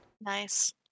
Nice